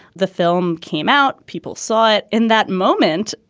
the film came out. people saw it in that moment,